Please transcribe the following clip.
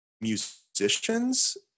musicians